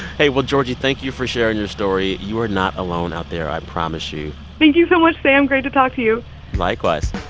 hey, well, georgie, thank you for sharing your story. you are not alone out there. i promise you thank you so much, sam. great to talk to you like